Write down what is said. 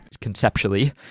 conceptually